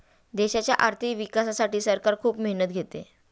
देशाच्या आर्थिक विकासासाठी सरकार खूप मेहनत घेते